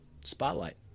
spotlight